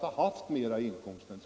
till sin pensionering.